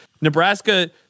Nebraska